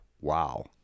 wow